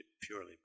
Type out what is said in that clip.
purely